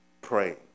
praying